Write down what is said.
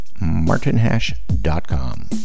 martinhash.com